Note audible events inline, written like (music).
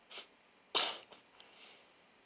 (coughs)